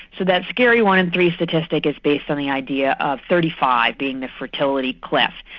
so that scary one in three statistic is based on the idea of thirty five being the fertility cliff.